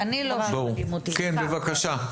כן, בבקשה.